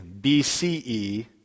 BCE